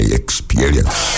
experience